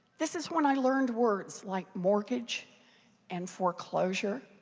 this is when i learned words like mortgage and foreclosure.